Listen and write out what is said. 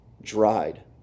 dried